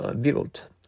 built